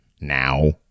now